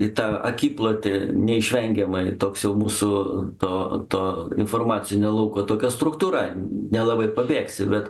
į tą akiplotį neišvengiamai toks jau mūsų to to informacinio lauko tokia struktūra nelabai pabėgsi bet